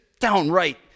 downright